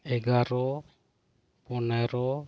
ᱮᱜᱟᱨᱚ ᱯᱚᱱᱮᱨᱚ